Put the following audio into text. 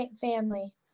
family